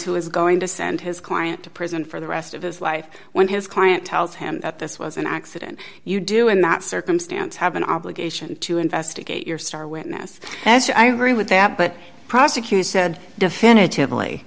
who is going to send his client to prison for the rest of his life when his client tells him that this was an accident you do in that circumstance have an obligation to investigate your star witness as i read with that but prosecutors said definitively